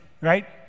right